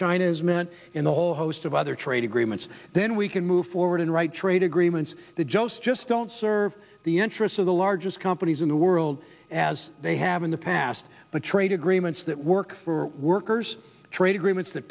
china has meant in the whole host of other trade agreements then we can move forward and right trade agreements that just just don't serve the interests of the largest companies in the world as they have in the past but trade agreements that work for workers trade agreements that